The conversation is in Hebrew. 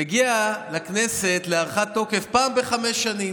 מגיע לכנסת להארכת תוקף פעם בחמש שנים.